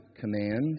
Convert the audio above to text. command